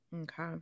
okay